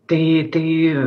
tai tai